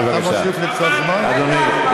תנסה לנהל את האופוזיציה כמו שצריך.